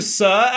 sir